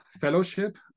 fellowship